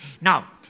now